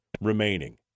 remaining